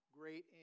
great